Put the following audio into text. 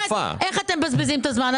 אז היא אומרת: איך אתם מבזבזים את הזמן?